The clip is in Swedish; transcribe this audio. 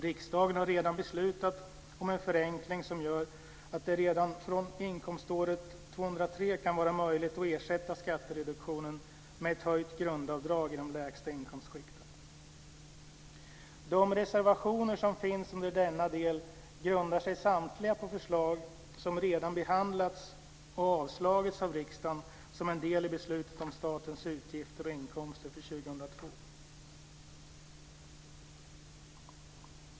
Riksdagen har redan beslutat om en förenkling som gör att det redan från inkomståret 2003 kan vara möjligt att ersätta skattereduktionen med ett höjt grundavdrag i de lägsta inkomstskikten. De reservationer som finns under denna del grundar sig samtliga på förslag som redan behandlats och avslagits av riksdagen som en del i beslutet om statens utgifter och inkomster för 2002.